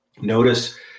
Notice